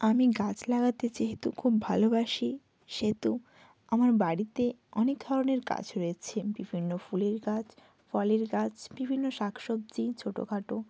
আমি গাছ লাগাতে যেহেতু খুব ভালোবাসি সেহেতু আমার বাড়িতে অনেক ধরনের গাছ রয়েছে বিভিন্ন ফুলের গাছ ফলের গাছ বিভিন্ন শাক সবজি ছোটোখাটো